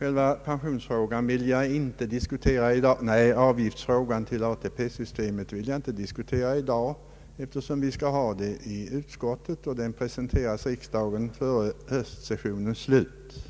därutöver. Frågan om avgiften till ATP-systemet vill jag inte diskutera i dag, eftersom det ärendet kommer att behandlas i utskottet och presenteras riksdagen före höstsessionens slut.